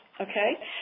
okay